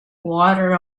water